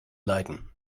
leiden